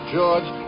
George